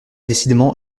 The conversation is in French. décidément